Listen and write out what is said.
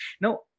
now